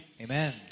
Amen